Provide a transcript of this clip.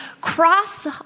cross